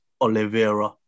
Oliveira